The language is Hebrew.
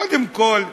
קודם כול,